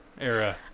era